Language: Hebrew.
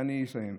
אני אסיים.